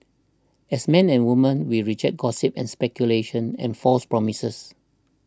as men and women we reject gossip and speculation and false promises